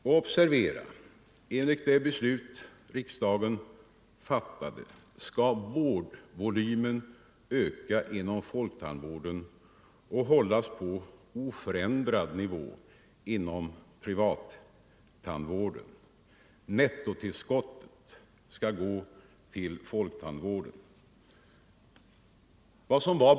Observera att enligt det beslut som riksdagen fattade skall vårdvolymen öka inom folktandvården och hållas på oförändrad nivå inom privattandvården. Nettotillskottet skall gå till folktandvården.